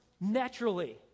naturally